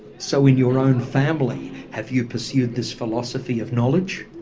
so in your own family have you pursued this philosophy of knowledge?